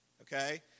okay